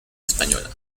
española